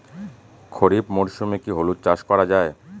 খরিফ মরশুমে কি হলুদ চাস করা য়ায়?